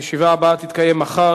הישיבה הבאה תתקיים מחר,